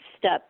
Step